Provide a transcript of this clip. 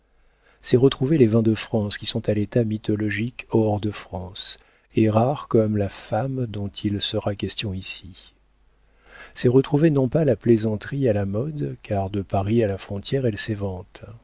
c'est retrouver les vins de france qui sont à l'état mythologique hors de france et rares comme la femme dont il sera question ici c'est retrouver non pas la plaisanterie à la mode car de paris à la frontière